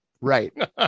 right